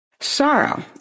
Sorrow